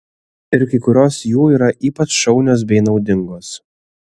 ir kai kurios jų yra ypač šaunios bei naudingos